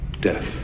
death